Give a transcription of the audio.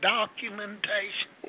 Documentation